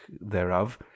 thereof